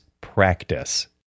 practice